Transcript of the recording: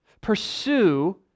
pursue